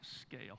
scale